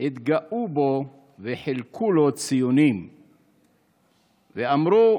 התגאו בו וחילקו לו ציונים / ואמרו: